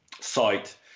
site